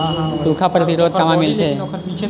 सुखा प्रतिरोध कामा मिलथे?